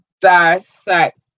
dissect